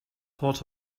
port